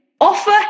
offer